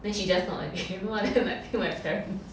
then she just nod again !wah! then I think my parents